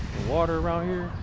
water around here?